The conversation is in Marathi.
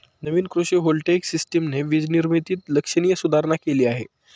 नवीन कृषी व्होल्टेइक सिस्टमने वीज निर्मितीत लक्षणीय सुधारणा केली आहे